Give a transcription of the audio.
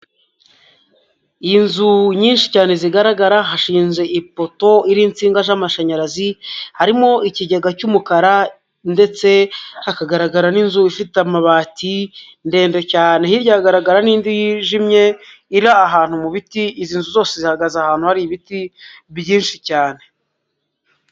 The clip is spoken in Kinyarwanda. Inzu nyinshi cyane zigaragara hashinze ipoto hari insinga z'amashanyarazi, harimo ikigega cy'umukara ndetse hakagaragara n'inzu ifite amabati ndende cyane, hirya hagaragara n'indi yijimye, iri ahantu mu biti izi zose zihagaze ahantu hari ibiti hijimye cyane.